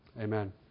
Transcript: amen